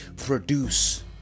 produce